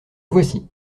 voici